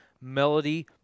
melody